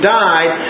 died